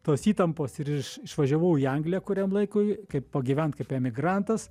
tos įtampos ir iš išvažiavau į angliją kuriam laikui kaip pagyvent kaip emigrantas